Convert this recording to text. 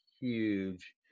huge